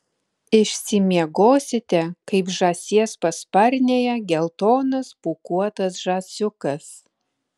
išsimiegosite kaip žąsies pasparnėje geltonas pūkuotas žąsiukas